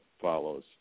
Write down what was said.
follows